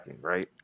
right